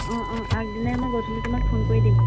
অঁ অঁ আগদিনাই মই গধূলি তোমাক ফোন কৰি দিম